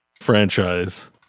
franchise